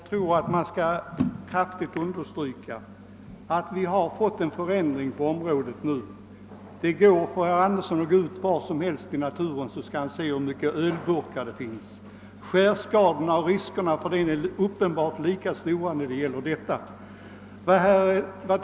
Herr talman! Jag vill kraftigt understryka att det nu har inträtt ett nytt förhållande på detta område. Varhelst herr Andersson i Örebro går i naturen ser han att folk slänger ölburkar omkring sig. Risken för skärskador av dessa burkar är uppenbarligen lika stor om man avskaffar engångsglasen.